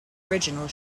original